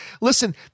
listen